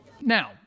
Now